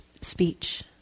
speech